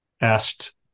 asked